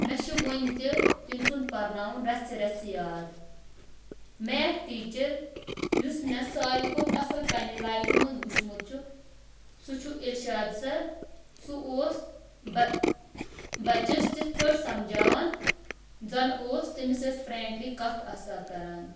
مےٚ چھُ وٕنہِ تہِ تٔمۍ سُنٛد پَرناوُن رَژھِ رَژھِ یاد میتھ ٹیٖچَر یُس مےٚ ساروی کھۄتہٕ اَصٕل پنٛنہِ لایفہِ منٛز وٕچھمُت چھُ سُہ چھُ اِرشاد سَر سُہ اوس بہ بَچَس تِتھ پٲٹھۍ سَمجھاوان زَنہٕ اوس تٔمِس ٲسۍ فرٛینٛکلی کَتھ آسان کَران